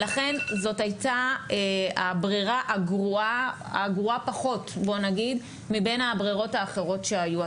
לכן זו הייתה הברירה הגרועה פחות מבין הברירות האחרות שהיו.